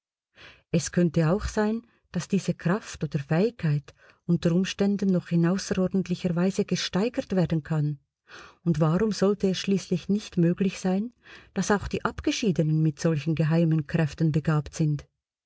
es könnte auch sein daß diese kraft oder fähigkeit unter umständen noch in außerordentlicher weise gesteigert werden kann und warum sollte es schließlich nicht möglich sein daß auch die abgeschiedenen mit solchen geheimen kräften begabt sind